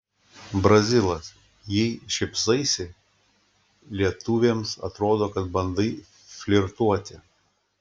brazilas jei šypsaisi lietuvėms atrodo kad bandai flirtuoti